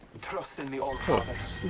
in the awkward